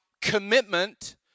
commitment